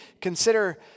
consider